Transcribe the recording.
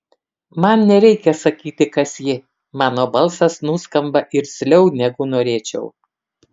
man nereikia sakyti kas ji mano balsas nuskamba irzliau negu norėčiau